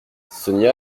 sonia